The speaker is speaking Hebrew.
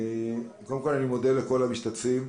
קודם כל, אני מודה לכל המשתתפים.